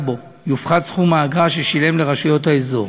בו יופחת סכום האגרה ששילם לרשויות האזור.